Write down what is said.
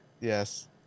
Yes